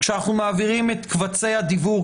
כשאנחנו מעבירים את קובצי הדיוור,